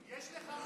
יש לך מושג,